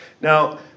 Now